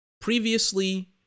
previously